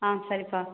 ஆ சரிப்பா